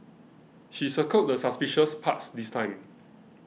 she circled the suspicious parts this time